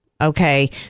Okay